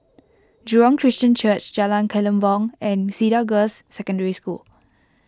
Jurong Christian Church Jalan Kelempong and Cedar Girls' Secondary School